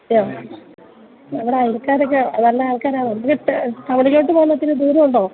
അതെയോ അവിടെ അയൽക്കാരൊക്കെ നല്ല ആൾക്കാരാണോ ടൗണിലോട്ട് പോകാൻ ഒത്തിരി ദൂരമുണ്ടോ